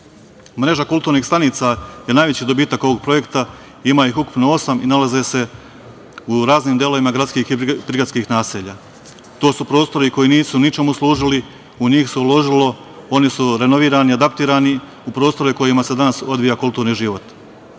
Sada. Mreža kulturnih stanica je najveći dobitak ovog projekta i ima ih ukupno osam i nalaze se u raznim delovima gradskih i prigradskih naselja. To su prostori koji nisu ničemu služili. U njih se uložilo, oni su renovirani, adaptirani i u njima se danas odvija kulturni život.